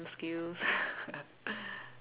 skills